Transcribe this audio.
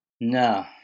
No